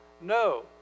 No